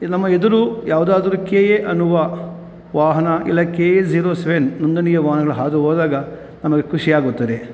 ಇದು ನಮ್ಮ ಎದುರು ಯಾವುದಾದರೂ ಕೆ ಎ ಅನ್ನುವ ವಾಹನ ಇಲ್ಲ ಕೆ ಎ ಝೀರೋ ಸೆವೆನ್ ನೊಂದಣಿಯ ವಾಹನಗ್ಳು ಹಾದು ಹೋದಾಗ ನಮಗೆ ಖುಷಿಯಾಗುತ್ತದೆ